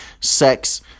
sex